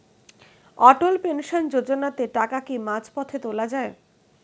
অটল pension যোজনাতে টাকা কি মাঝপথে তোলা যায়?